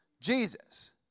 Jesus